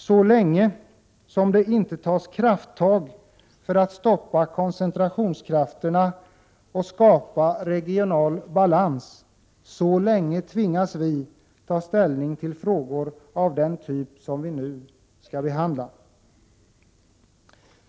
Så länge det inte tas krafttag för att stoppa koncentrationskrafterna och för att skapa regional balans, så länge tvingas vi ta ställning till frågor av den typ vi nu skall behandla.